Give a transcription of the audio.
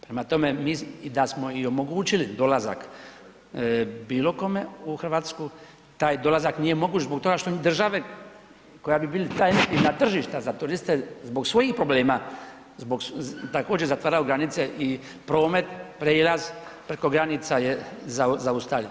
Prema tome, mi i da smo i omogućili dolazak bilo kome u RH taj dolazak nije moguć zbog toga što države koja bi bili … [[Govornik se ne razumije]] i na tržišta za turiste zbog svojih problema zbog, također zatvaraju granice i promet, prijelaz preko granica je zaustavljen.